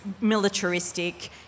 militaristic